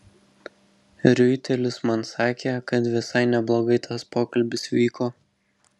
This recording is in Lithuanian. riuitelis man sakė kad visai neblogai tas pokalbis vyko